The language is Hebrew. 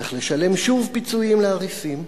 צריך לשלם שוב פיצויים לאריסים,